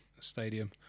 Stadium